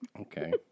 Okay